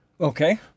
Okay